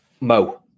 Mo